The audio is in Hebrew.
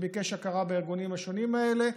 הוא ביקש הכרה בארגונים השונים האלה,